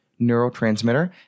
neurotransmitter